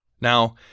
Now